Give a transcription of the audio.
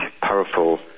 powerful